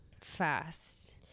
fast